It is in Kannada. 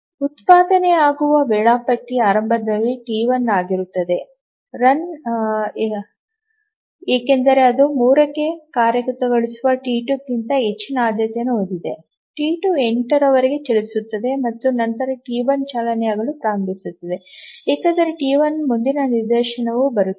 ಉತ್ಪಾದನೆಯಾಗುವ ವೇಳಾಪಟ್ಟಿ ಆರಂಭದಲ್ಲಿ ಟಿ 1 ಆಗಿರುತ್ತದೆ ರನ್ ಏಕೆಂದರೆ ಅದು 3 ಕ್ಕೆ ಪೂರ್ಣಗೊಂಡಂತೆ ಟಿ 2 ಗಿಂತ ಹೆಚ್ಚಿನ ಆದ್ಯತೆಯನ್ನು ಹೊಂದಿದೆ ಟಿ 2 8 ರವರೆಗೆ ಚಲಿಸುತ್ತದೆ ಮತ್ತು ನಂತರ ಟಿ 1 ಚಾಲನೆಯಾಗಲು ಪ್ರಾರಂಭಿಸುತ್ತದೆ ಏಕೆಂದರೆ ಟಿ 1 ಮುಂದಿನ ನಿದರ್ಶನವು ಬರುತ್ತದೆ